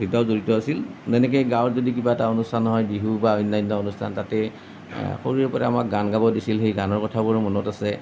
দেউতাও জড়িত আছিল তেনেকৈ গাঁৱত যদি কিবা এটা অনুষ্ঠান হয় বিহু বা অন্যান্য অনুষ্ঠান তাতে সৰুৰে পৰা আমাক গান গাব দিছিল সেই গানৰ কথাবোৰো মনত আছে